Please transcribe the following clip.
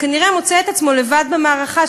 שכנראה מוצא את עצמו לבד במערכה,